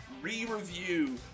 re-review